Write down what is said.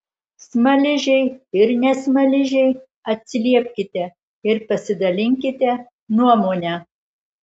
smaližiai ir ne smaližiai atsiliepkite ir pasidalinkite nuomone